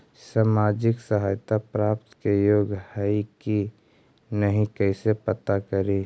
सामाजिक सहायता प्राप्त के योग्य हई कि नहीं कैसे पता करी?